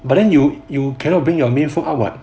but then you you cannot bring your main phone out [what]